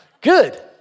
good